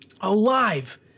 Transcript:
Alive